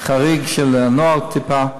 החריגה מהנוהל, טיפה.